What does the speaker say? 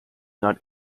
not